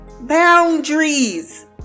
boundaries